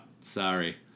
Sorry